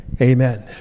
amen